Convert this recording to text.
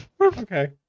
Okay